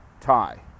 tie